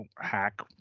hack